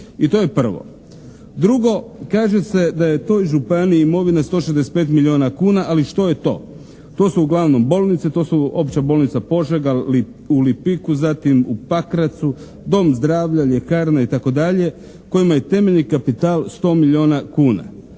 I to je prvo. Drugo, kaže se da je toj županiji imovina 165 milijuna kuna ali što je to? To su uglavnom bolnice, to su Opća bolnica Požega, u Lipiku, zatim u Pakracu, dom zdravlja, ljekarne, itd. kojima je temeljni kapital 100 milijuna kuna.